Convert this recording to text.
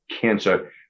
cancer